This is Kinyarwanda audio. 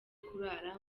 kurara